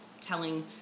telling